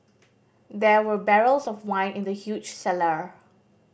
there were barrels of wine in the huge cellar